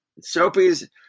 Soapy's